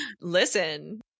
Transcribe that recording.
listen